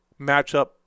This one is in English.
matchup